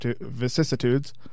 vicissitudes